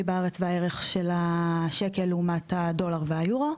בארץ והערך של השקל לעומת הדולר והיורו,